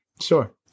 Sure